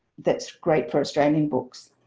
that's great for australian books.